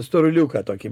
storuliuką tokį